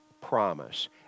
promise